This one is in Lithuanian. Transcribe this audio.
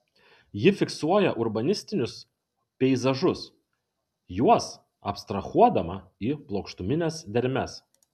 ji fiksuoja urbanistinius peizažus juos abstrahuodama į plokštumines dermes